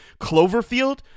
Cloverfield